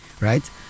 right